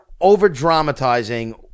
over-dramatizing